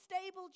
stable